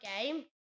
game